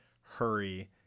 hurry